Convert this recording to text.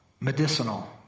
Medicinal